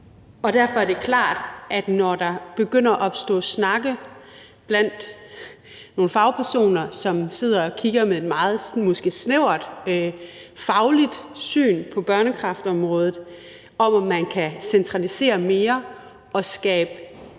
Derfor er det klart, at når der begynder at opstå snakke blandt nogle fagpersoner, som sidder og kigger med måske sådan et meget snævert fagligt syn på børnekræftområdet, som ser på, om man kan centralisere mere og skabe